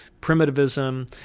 primitivism